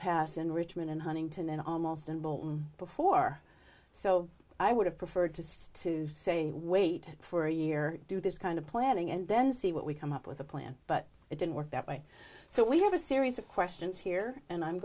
pass in richmond and huntington and almost in bolton before so i would have preferred to stay to say wait for a year do this kind of planning and then see what we come up with a plan but it didn't work that way so we have a series of questions here and i'm